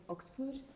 Oxford